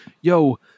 yo